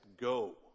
go